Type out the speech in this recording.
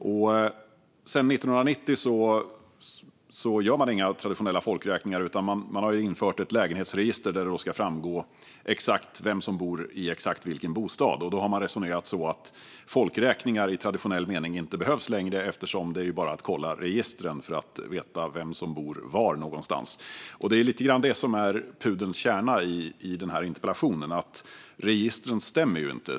Sedan 1990 gör man inga traditionella folkräkningar, utan man har infört ett lägenhetsregister där det ska framgå exakt vem som bor i exakt vilken bostad. Man har då resonerat så att folkräkningar i traditionell mening inte behövs längre eftersom det bara är att kolla registren för att få veta vem som bor var. Det är detta som lite är pudelns kärna i denna interpellation: Registren stämmer inte.